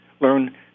Learn